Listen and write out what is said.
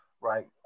right